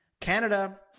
Canada